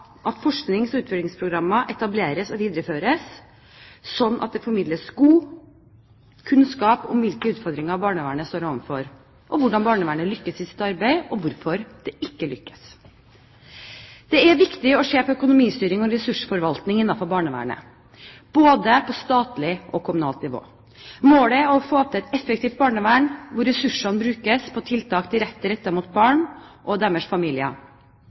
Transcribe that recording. at forsknings- og utviklingsprogrammer etableres og videreføres, slik at det formidles god kunnskap om hvilke utfordringer barnevernet står overfor, og hvordan barnevernet lykkes i sitt arbeid, og hvorfor det ikke lykkes. Det er viktig å se på økonomistyring og ressursforvaltning innenfor barnevernet, både på statlig og kommunalt nivå. Målet er å få til et effektivt barnevern, hvor ressursene brukes på tiltak direkte rettet mot barn og deres familier,